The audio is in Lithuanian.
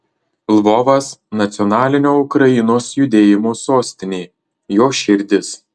lvovas nacionalinio ukrainos judėjimo sostinė jo širdis